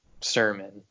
sermon